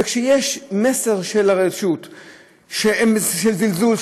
וכשיש מסר של הרשות של זלזול,